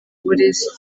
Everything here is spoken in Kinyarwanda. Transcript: burezi